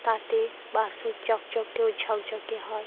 তাতে বাসন চকচকে ও ঝকঝকে হয়